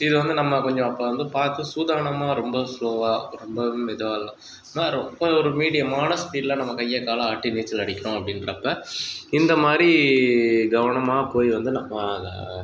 இது வந்து நம்ம கொஞ்சம் அப்போது வந்து பார்த்து சூதனமா ரொம்ப ஸ்லோவாக ரொம்பவும் மெதுவாக இல்லாமல் ரொம்ப ஒரு மீடியமான ஸ்பீடில் நம்ம கையை காலை ஆட்டி நீச்சல் அடிக்கணும் அப்படின்றப்ப இந்த மாதிரி கவனமாக போய் வந்து நம்ம அதை